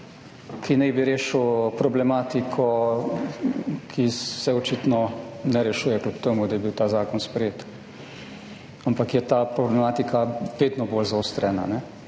ki naj bi rešil problematiko, ki se očitno ne rešuje kljub temu, da je bil ta zakon sprejet, ampak je ta problematika vedno bolj zaostrena.